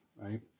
right